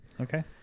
Okay